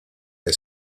est